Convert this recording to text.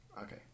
Okay